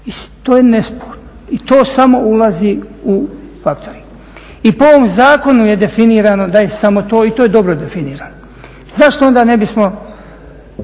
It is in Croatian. to je nesporno i to samo ulazi u faktoring. I po ovom zakonu je definirano da je samo to i to je dobro definirano. Zašto onda ne bismo